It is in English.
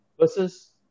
versus